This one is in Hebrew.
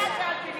תודה.